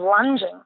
lunging